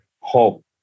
hope